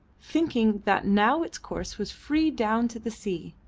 thinking that now its course was free down to the sea,